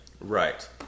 Right